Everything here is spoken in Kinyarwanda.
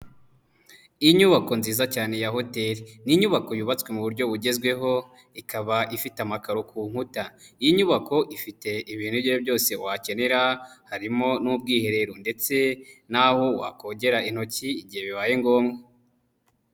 Inyubako nziza cyane ya hoteri ni inyubako yubatswe mu buryo bugezweho ikaba ifite amakaro ku nkuta, iyi nyubako ifite ibintu ibyo ari byo byose wakenera harimo n'ubwiherero ndetse naho wakogera intoki igihe bibaye ngombwa.